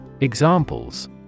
Examples